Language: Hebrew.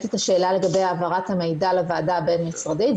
את השאלה לגבי העברת המידע לוועדה הבין משרדית.